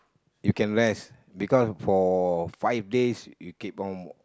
you can rest because for five days you keep on